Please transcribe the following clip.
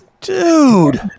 Dude